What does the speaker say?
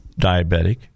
diabetic